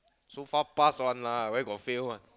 so far pass one lah where got fail one